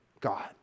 God